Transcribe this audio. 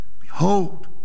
Behold